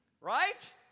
Right